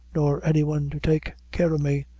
nor any one to take care o' me,